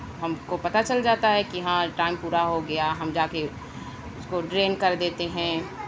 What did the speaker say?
ہم کو پتہ چل جاتا ہے کہ ہاں ٹائم پورا ہو گیا ہم جا کے اس کو ڈرین کر دیتے ہیں